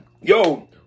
Yo